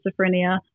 schizophrenia